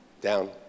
down